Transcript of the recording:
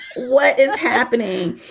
what is happening?